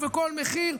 ובכל מחיר,